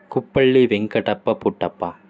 Kuppalli Venkatappa Puttappa